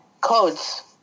codes